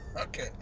okay